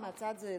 מהצד, הילה.